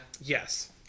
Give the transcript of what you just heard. yes